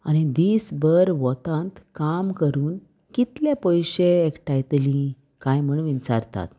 आनी दीस भर वतांत काम करून कितले पयशे एकटायतली कांय म्हणून विचारतात